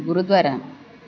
gurdwara